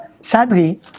sadly